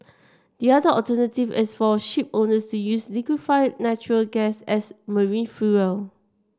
the other alternative is for shipowners to use liquefied natural gas as marine fuel